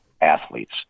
athletes